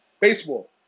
Baseball